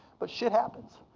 but shit happens.